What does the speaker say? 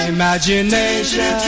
imagination